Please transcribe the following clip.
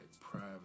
private